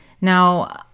now